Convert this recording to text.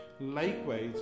Likewise